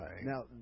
Now